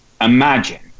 imagine